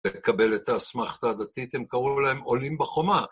לקבל את האסמכתא הדתית, הם קראו להם עולים בחומה.